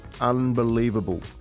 unbelievable